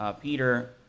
Peter